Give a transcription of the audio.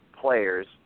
players